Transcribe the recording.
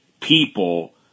people